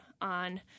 on